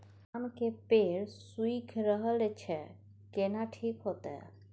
आम के पेड़ सुइख रहल एछ केना ठीक होतय?